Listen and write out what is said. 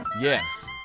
Yes